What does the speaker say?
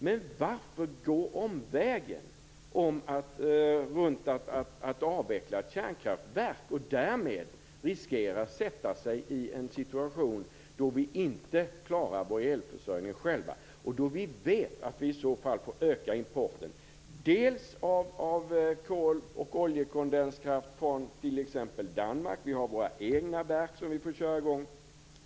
Men varför skall vi gå omvägen och avveckla ett kärnkraftverk och därmed riskera att försätta oss i en situation då vi inte klarar vår elförsörjning själva och då vi vet att vi i så fall får öka importen av kol och oljekondenskraft från t.ex. Danmark? Vi får också köra i gång våra egna verk.